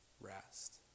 rest